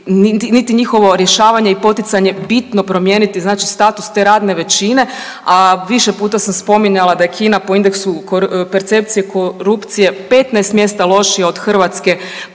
niti njihovo rješavanje i poticanje bitno promijeniti znači status te radne većine, a više puta sam spominjala da je Kina po indeksu percepcije korupcije 15 mjesta lošija od Hrvatske pa